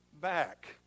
back